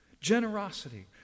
generosity